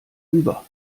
über